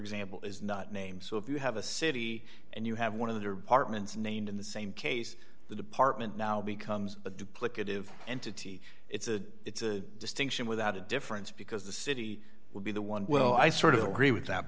example is not named so if you have a city and you have one of their apartments named in the same case the department now becomes a duplicative entity it's a it's a distinction without a difference because the city would be the one well i sort of agree with that